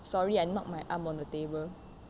sorry I knock my arm on the table